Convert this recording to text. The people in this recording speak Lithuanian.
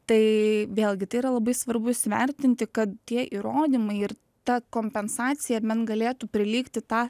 tai vėlgi tai yra labai svarbu įsivertinti kad tie įrodymai ir ta kompensacija bent galėtų prilygti tą